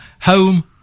home